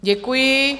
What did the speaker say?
Děkuji.